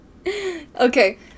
Okay